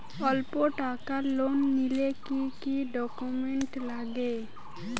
অল্প টাকার লোন নিলে কি কি ডকুমেন্ট লাগে?